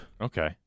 Okay